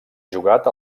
jugat